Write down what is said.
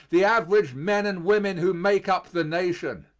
the average men and women who make up the nation.